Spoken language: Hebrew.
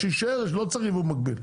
אז שיישאר, לא צריך יבוא מקביל.